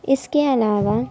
اِس کے علاوہ